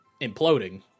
imploding